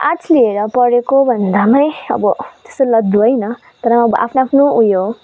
arts लिएर पढेको भन्दामै अब त्यस्तो लद्दु होइन तर आफ्नो आफ्नो उयो हो